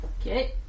Okay